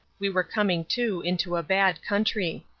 we were coming too into a bad country.